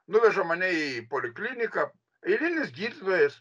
nuveža mane į polikliniką eilinis gydytojas